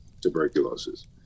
tuberculosis